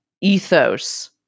ethos